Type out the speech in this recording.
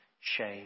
shame